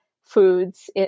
foods